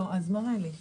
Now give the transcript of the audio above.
למה שקורה עם המטרו,